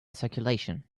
circulation